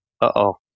Uh-oh